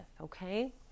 Okay